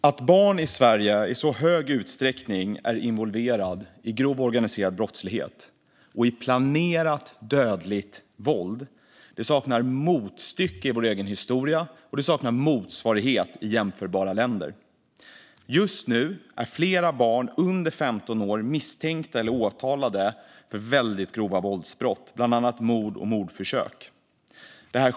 Herr talman! Att barn i Sverige i så hög utsträckning är involverade i grov organiserad brottslighet och i planerat dödligt våld saknar motstycke i vår egen historia och saknar motsvarighet i jämförbara länder. Just nu är flera barn under 15 år misstänkta eller åtalade för väldigt grova våldsbrott, bland annat mord och mordförsök.